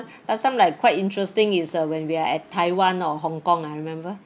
last time like quite interesting is uh when we are at taiwan or hong kong ah remember